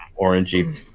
orangey